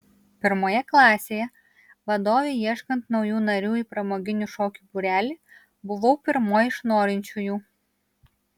pirmoje klasėje vadovei ieškant naujų narių į pramoginių šokių būrelį buvau pirmoji iš norinčiųjų